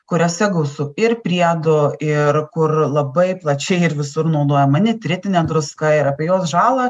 kuriuose gausu ir priedų ir kur labai plačiai ir visur naudojama nitritinė druska ir apie jos žalą